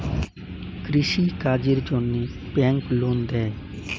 কৃষি কাজের জন্যে ব্যাংক লোন দেয়?